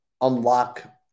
unlock